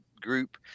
group